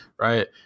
right